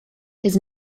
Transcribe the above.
his